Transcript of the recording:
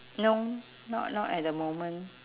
no not not at the moment